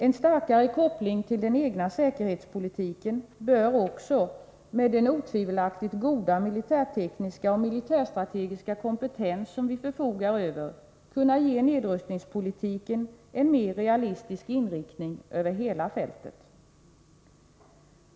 En starkare koppling till den egna säkerhetspolitiken bör också — med den otvivelaktigt goda militärtekniska och militärstrategiska kompetens som vi förfogar över — kunna ge nedrustningspolitiken en mer realistisk inriktning över hela fältet.